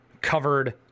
covered